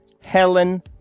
Helen